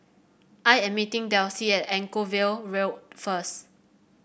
I am meeting Delsie at Anchorvale Road first